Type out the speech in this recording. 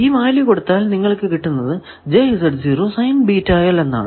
ഈ വാല്യൂ കൊടുത്താൽ നിങ്ങൾക്കു കിട്ടുന്നത് എന്നാണ്